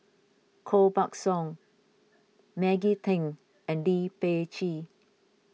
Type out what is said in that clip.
Koh Buck Song Maggie Teng and Lee Peh Gee